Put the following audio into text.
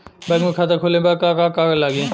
Bank में खाता खोले मे का का कागज लागी?